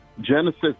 Genesis